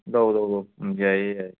ꯂꯧ ꯂꯧ ꯂꯧ ꯎꯝ ꯌꯥꯏꯌꯦ ꯌꯥꯏꯌꯦ